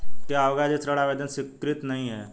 क्या होगा यदि ऋण आवेदन स्वीकृत नहीं है?